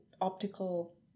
optical